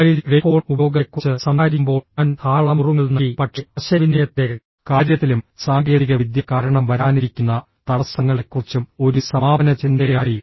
mobile telephone ഉപയോഗത്തെക്കുറിച്ച് സംസാരിക്കുമ്പോൾ ഞാൻ ധാരാളം നുറുങ്ങുകൾ നൽകി പക്ഷേ ആശയവിനിമയത്തിന്റെ കാര്യത്തിലും സാങ്കേതികവിദ്യ കാരണം വരാനിരിക്കുന്ന തടസ്സങ്ങളെക്കുറിച്ചും ഒരു സമാപന ചിന്തയായി